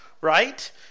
right